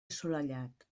assolellat